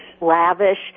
Lavish